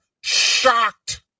shocked